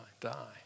die